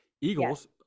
Eagles